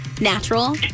natural